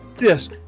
Yes